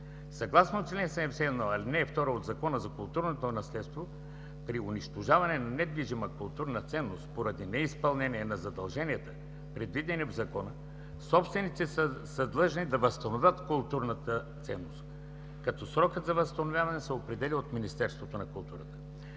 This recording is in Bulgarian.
Съгласно чл. 71, ал. 2 от Закона за културното наследство при унищожаване на недвижима културна ценност, поради неизпълнение на задълженията, предвидени в Закона, собствениците са длъжни да възстановят културната ценност, като срокът на възстановяване се определя от Министерството на културата.